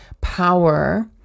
power